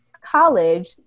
college